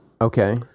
Okay